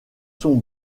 sont